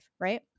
right